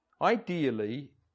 Ideally